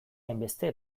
hainbeste